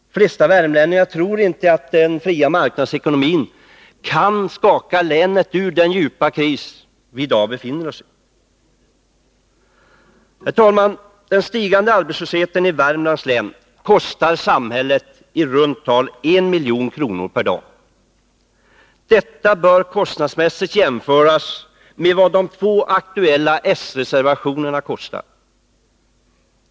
De flesta värmlänningar tror inte att den fria marknadsekonomin kan rädda länet ur den djupa kris vi i dag befinner oss är Herr talman! Den stigande arbetslösheten i Värmlands län kostar samhället i runda tal en miljon kronor per dag. Detta bör kostnadsmässigt jämföras med vad de två aktuella s-reservationerna kostar att genomföra.